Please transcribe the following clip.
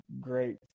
great